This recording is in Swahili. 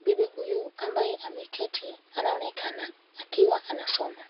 Bibi huyu ambaye ameketi, anaonekana akiwa anasoma.